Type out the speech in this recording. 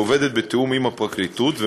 שעובדת בתיאום עם הפרקליטות,